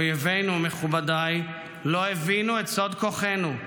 אויבינו, מכובדיי, לא הבינו את סוד כוחנו.